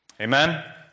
Amen